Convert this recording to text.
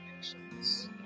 Patience